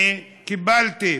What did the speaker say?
קיבלתי.